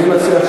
אני מציע,